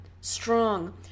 strong